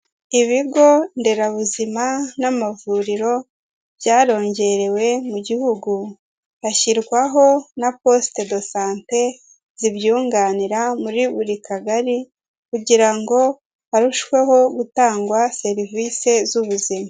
Ibigo nderabuzima n'amavuriro byarongerewe mu gihugu, hashyirwaho na posite do sante zibyunganira muri buri kagari kugira ngo harusheho gutangwa serivisi z'ubuzima.